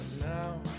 now